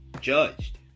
judged